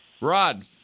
Rod